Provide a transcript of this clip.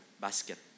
basket